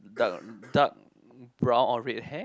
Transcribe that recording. dark dark brown or red hair